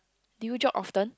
do you jog often